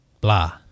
Blah